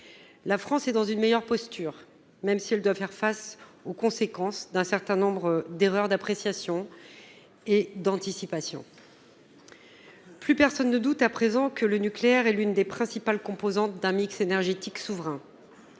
La France est dans une meilleure posture, même si elle doit faire face aux conséquences d'un certain nombre d'erreurs d'appréciation et d'anticipation. Plus personne ne doute à présent que le nucléaire soit l'une des principales composantes d'un mix énergétique souverain.